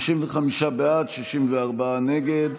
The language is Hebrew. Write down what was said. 55 בעד, 64 נגד.